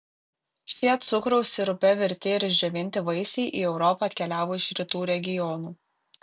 šie cukraus sirupe virti ir išdžiovinti vaisiai į europą atkeliavo iš rytų regionų